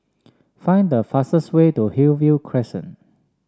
find the fastest way to Hillview Crescent